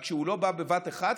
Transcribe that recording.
רק שזה לא בא בבת אחת,